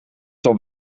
dan